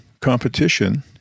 competition